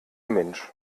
mensch